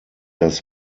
das